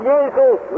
Jesus